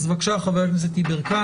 בבקשה, חבר הכנסת יברקן.